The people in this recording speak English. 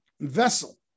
vessel